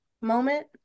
moment